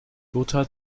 lothar